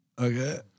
Okay